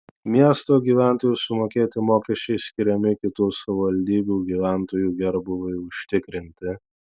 miesto gyventojų sumokėti mokesčiai skiriami kitų savivaldybių gyventojų gerbūviui užtikrinti